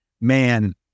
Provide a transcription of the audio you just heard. man